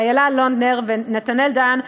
אילה לונדנר ונתנאל דן,